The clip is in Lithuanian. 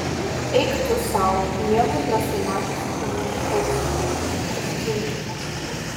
eik tu sau niekur nesu mačiusi panašaus kostiumčiko